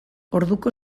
orduko